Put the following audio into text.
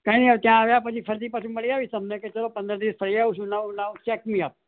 કાંઈ નહીં હવે ત્યાં આવ્યા પછી ફરીથી પાછું મળી આવીશ તમને કે ચલો પંદર દિવસ ફરી આવું છું now now check me up